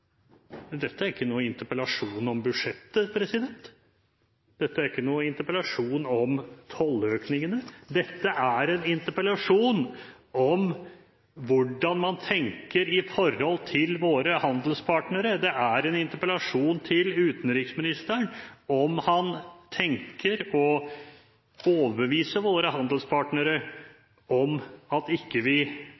Dette er ikke noen interpellasjon om budsjettet. Dette er ikke noen interpellasjon om tolløkningene. Dette er en interpellasjon om hvordan man tenker om forholdet til våre handelspartnere. Det er en interpellasjon til utenriksministeren, om han tenker å overbevise våre handelspartnere